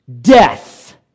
Death